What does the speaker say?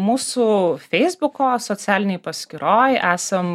mūsų feisbuko socialinėj paskyroj esam